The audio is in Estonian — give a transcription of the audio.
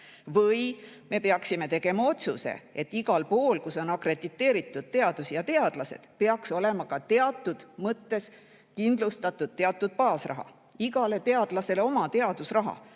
Või me peaksime tegema otsuse, et igal pool, kus on akrediteeritud teadus ja teadlased, peaks olema ka teatud mõttes kindlustatud teatud baasraha, igale teadlasele oma teadusraha?